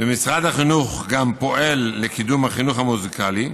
ומשרד החינוך גם פועל לקידום החינוך המוזיקלי,